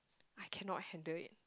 I cannot handle it